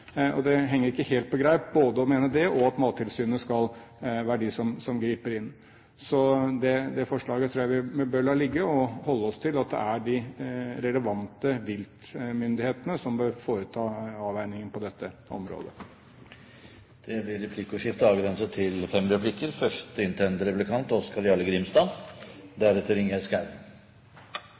innflytelse. Det henger ikke helt på greip både å mene det og at Mattilsynet skal være de som griper inn. Det forslaget tror jeg vi bør la ligge, og holde oss til at det er de relevante viltmyndighetene som bør foreta avveiningen på dette området. Det blir replikkordskifte.